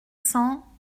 cents